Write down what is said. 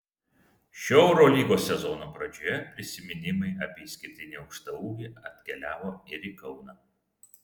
šio eurolygos sezono pradžioje prisiminimai apie išskirtinį aukštaūgį atkeliavo ir į kauną